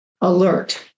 alert